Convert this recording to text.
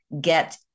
get